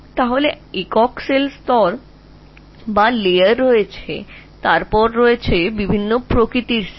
সুতরাং একক কোষ স্তর রয়েছে তারপরে একাধিক ধরণের কোষ রয়েছে